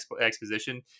exposition